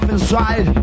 Inside